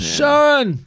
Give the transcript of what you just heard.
Sharon